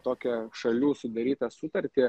tokią šalių sudarytą sutartį